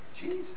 Jesus